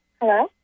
Hello